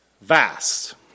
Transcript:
vast